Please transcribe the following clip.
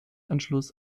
anschluss